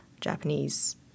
Japanese